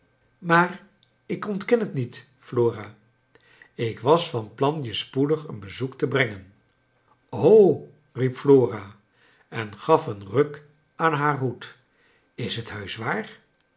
maar ik ontken het niet flora ik was van plan je spoedig een bezoek te brengen riep flora en gaf een ruk aan haar hoed is t heusch waar